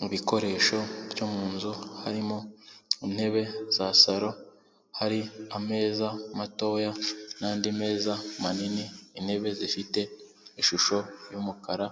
Mu bikoresho byo mu nzu harimo intebe za salo, hari ameza matoya n'andi meza manini, intebe zifite ishusho y'umukara,